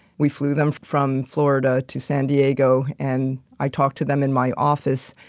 we flew them from florida to san diego, and i talked to them in my office.